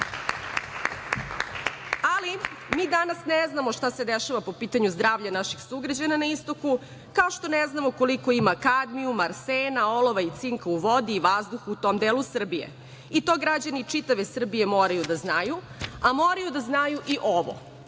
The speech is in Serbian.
danas ne znamo šta se dešava po pitanja zdravlja naših sugrađana na istoku kao što ne znamo koliko ima kalijuma, arsena, olova i cinka u vodi i vazduhu u tom delu Srbije i to građani čitave Srbije moraju da znaju, a moraju da znaju i ovo.U